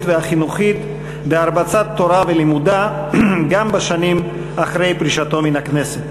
והחינוכית בהרבצת תורה ולימודה גם בשנים אחרי פרישתו מהכנסת.